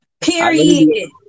Period